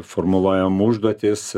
formuluojam užduotis